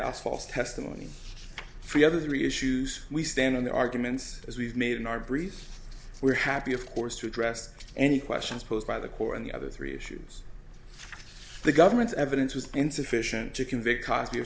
false testimony for the other three issues we stand on the arguments as we've made in our brief we're happy of course to address any questions posed by the court on the other three issues the government's evidence was insufficient to convict cost of